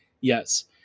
Yes